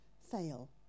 fail